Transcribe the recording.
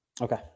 Okay